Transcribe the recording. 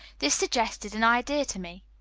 this suggested an idea to me.